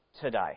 today